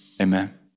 Amen